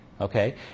Okay